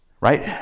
Right